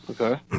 okay